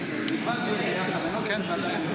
אני ניסיתי להעלות אותה כשהיינו באופוזיציה,